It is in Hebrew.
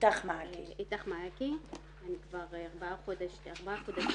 אני כבר ארבעה חודשים בתפקיד,